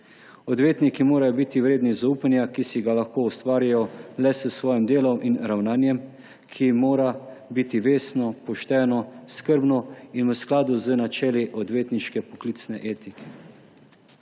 Odvetniki morajo biti vredni zaupanja, ki si ga lahko ustvarijo le s svojim delom in ravnanjem, ki mora biti vestno, pošteno, skrbno in v skladu z načeli odvetniške poklicne etike.